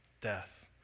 death